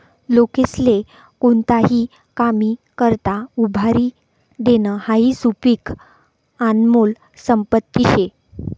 लोकेस्ले कोणताही कामी करता उभारी देनं हाई सुदीक आनमोल संपत्ती शे